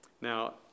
Now